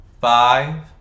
five